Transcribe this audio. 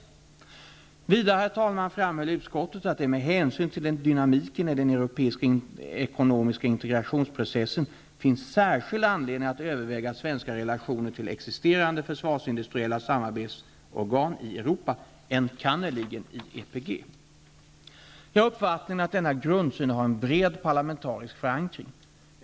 Jag har uppfattningen att denna grundsyn har en bred parlamentarisk förankring.